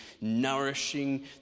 nourishing